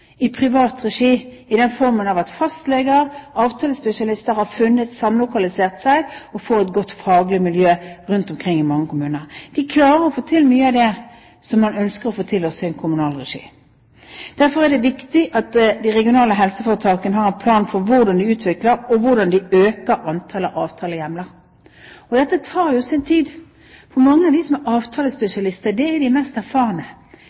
i privat regi, i form av at fastleger og avtalespesialister har samlokalisert seg for å få et godt faglig miljø rundt omkring i mange kommuner. De klarer å få til mye av det som man ønsker å få til også i kommunal regi. Derfor er det viktig at de regionale helseforetakene har en plan for hvordan de utvikler og øker antall avtalehjemler. Dette tar jo sin tid. Mange av avtalespesialistene er de som er mest